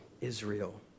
Israel